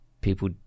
people